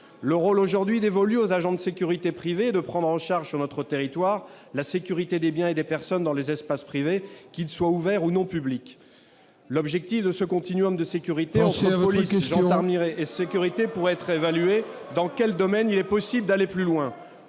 le rôle aujourd'hui dévolues aux agents de sécurité privés de prendre en charge sur notre territoire, la sécurité des biens et des personnes dans les espaces privés qu'ils soient ouverts ou non publique, l'objectif de ce continuum de sécurité, on se le discours par Mireille et sécurité pour être, dans quel domaine il est possible d'aller plus loin,